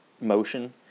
motion